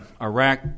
Iraq